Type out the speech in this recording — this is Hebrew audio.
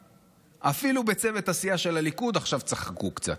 אפילו בצוות הסיעה של הליכוד עכשיו צחקו קצת.